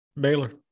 Baylor